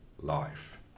life